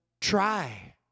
try